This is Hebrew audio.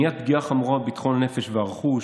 מניעת פגיעה חמורה בביטחון הנפש והרכוש,